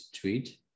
tweet